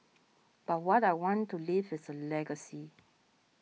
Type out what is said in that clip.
but what I want to leave is a legacy